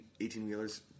18-wheelers